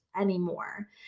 anymore